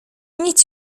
nic